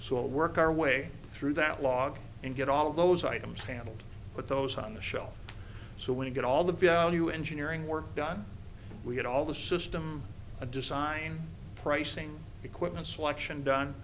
so work our way through that log and get all of those items handled but those on the shelf so when we get all the value engineering work done we had all the system a design pricing equipment selection done